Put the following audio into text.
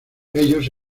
ellos